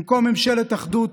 במקום ממשלת אחדות